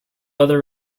other